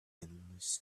endless